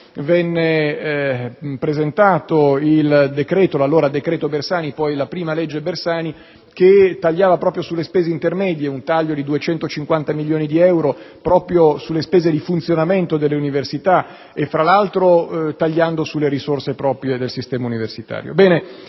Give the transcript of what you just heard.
venne presentato l'allora decreto Bersani (poi la prima legge Bersani), che tagliava proprio sulle spese intermedie: un taglio di 250 milioni di euro sulle spese di funzionamento delle università, tra l'altro tagliando sulle risorse proprie del sistema universitario.